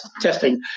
testing